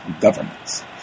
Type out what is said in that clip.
governments